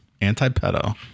anti-pedo